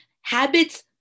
Habits